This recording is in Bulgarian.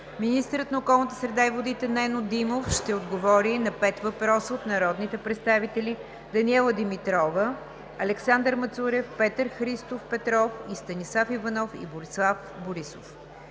министърът на околната среда и водите Нено Димов ще отговори на пет въпроса от народните представители Даниела Димитрова, Александър Мацурев, Петър Христов Петров, Станислав Иванов и Борислав Борисов.